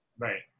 Right